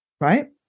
right